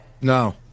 No